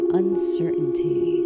uncertainty